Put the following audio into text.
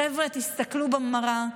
חבר'ה, תסתכלו במראה,